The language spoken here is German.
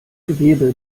gewebe